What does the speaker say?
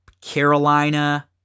Carolina